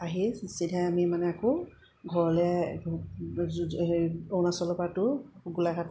আহি চিধাই আমি মানে আকৌ ঘৰলৈ হেৰি অৰুণাচল টো আকৌ গোলাঘাট